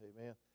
Amen